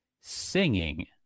singing